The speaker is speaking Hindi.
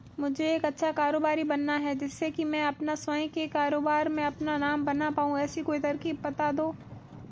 मुझे एक अच्छा कारोबारी बनना है जिससे कि मैं अपना स्वयं के कारोबार में अपना नाम बना पाऊं ऐसी कोई तरकीब पता दो?